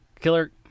Killer